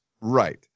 Right